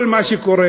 כל מה שקורה,